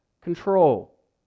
control